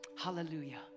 Hallelujah